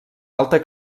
alta